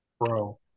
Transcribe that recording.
Bro